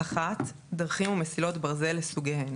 (1)דרכים ומסילות ברזל לסוגיהן,